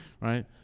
right